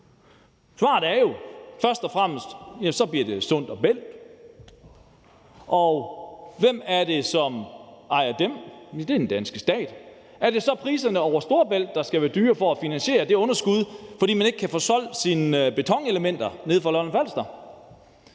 klart, at det først og fremmest bliver Sund & Bælt, og hvem er det, som ejer dem? Ja, det er den danske stat. Er det så priserne over Storebælt, der skal være dyrere for at finansiere det underskud, fordi man ikke kan få solgt sine betonelementer nede fra Lolland-Falster?